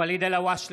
ואליד אלהואשלה,